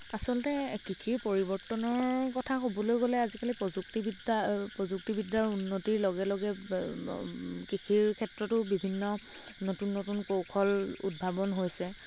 আচলতে কৃষিৰ পৰিৱৰ্তনৰ কথা ক'বলৈ গ'লে আজিকালি প্ৰযুক্তিবিদ্যা প্ৰযুক্তিবিদ্য়াৰ উন্নতিৰ লগে লগে কৃষিৰ ক্ষেত্ৰতো বিভিন্ন নতুন নতুন কৌশল উদ্ভাৱন হৈছে